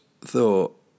thought